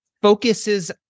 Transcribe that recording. focuses